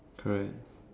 correct